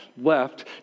left